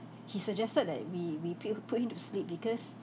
he suggested that we we pu~ put him to sleep because